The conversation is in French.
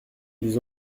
ils